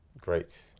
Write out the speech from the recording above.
Great